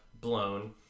blown